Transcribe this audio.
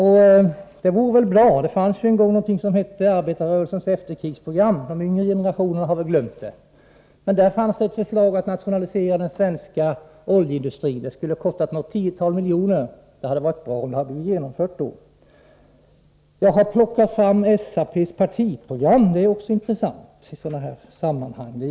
Det fanns en gång någonting som hette arbetarrörelsens efterkrigsprogram. De yngre generationerna har väl glömt det. I det programmet fanns ett förslag om att nationalisera den svenska oljeindustrin. Det skulle ha kostat något tiotal miljoner. Det hade varit bra om det hade blivit genomfört då. Jag har plockat fram SAP:s partiprogram. Det är också intressant i sådana här sammanhang.